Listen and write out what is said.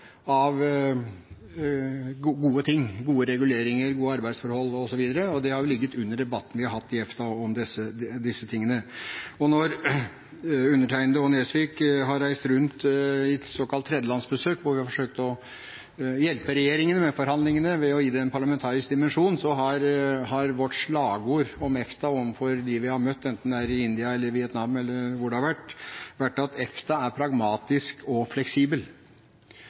av gode ting – gode reguleringer, gode arbeidsforhold osv.? Det har ligget under debatten vi har hatt i EFTA om disse tingene. Når undertegnede og Nesvik har reist rundt på såkalt tredjelandsbesøk, hvor vi har forsøkt å hjelpe regjeringen med forhandlingene ved å gi det en parlamentarisk dimensjon, har vårt slagord om EFTA overfor dem vi har møtt – enten det er i India, i Vietnam eller hvor det har vært – vært at «EFTA er pragmatisk og fleksibel».